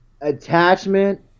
attachment